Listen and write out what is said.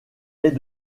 est